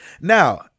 now